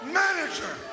manager